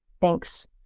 Thanks